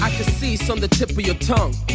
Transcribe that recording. i can see it's on the tip of your tongue.